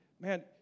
man